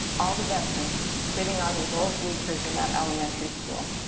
all the veterans sitting on these old bleachers in that elementary school.